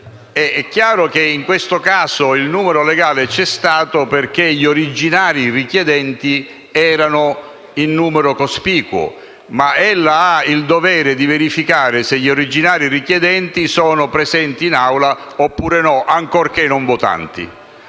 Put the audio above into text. è chiaro che in questo caso il numero legale c'è stato perché gli originali richiedenti erano in numero cospicuo. Ma ella ha il dovere di verificare se gli originali richiedenti sono presenti in Aula oppure no, ancorché non votanti.